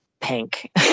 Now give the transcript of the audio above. pink